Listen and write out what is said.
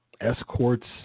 escorts